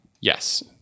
Yes